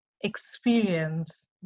experience